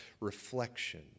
reflection